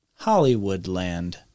Hollywoodland